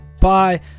Bye